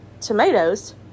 tomatoes